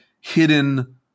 hidden